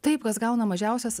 taip kas gauna mažiausias